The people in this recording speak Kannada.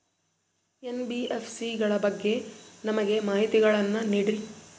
ಎನ್.ಬಿ.ಎಫ್.ಸಿ ಗಳ ಬಗ್ಗೆ ನಮಗೆ ಮಾಹಿತಿಗಳನ್ನ ನೀಡ್ರಿ?